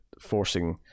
forcing